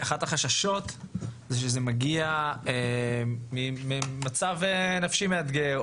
אחד החששות הוא שזה מגיע ממצב נפשי מאתגר,